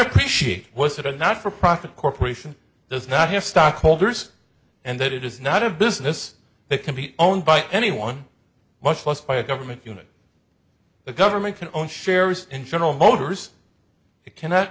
appreciate was that a not for profit corporation does not have stockholders and that it is not a business that can be owned by anyone much less by a government unit the government can own shares in general motors it cannot